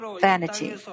vanity